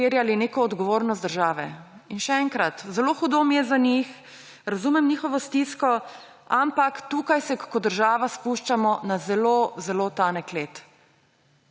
terjali neko odgovornost države. In še enkrat: zelo hudo mi je za njih, razumem njihovo stisko, ampak tukaj se kot država spuščamo na zelo zelo tanek led.